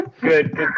good